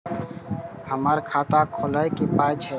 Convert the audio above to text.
हमर खाता खौलैक पाय छै